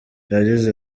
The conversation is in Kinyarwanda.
yagize